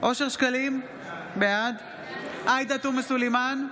אושר שקלים, בעד עאידה תומא סלימאן,